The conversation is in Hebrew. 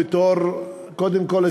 קודם כול,